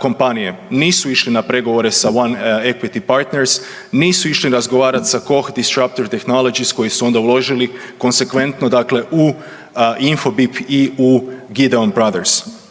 kompanije. Nisu išli na pregovore sa One Equity Partnerst, nisu išli razgovarati sa … /govornik se ne razumije/ koji su onda uložili konzekventno, dakle Infobip i u Gideon Brothers.